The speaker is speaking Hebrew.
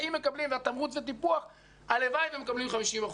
עם תמרוץ וטיפוח הלוואי ומקבלים 50%,